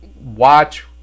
watch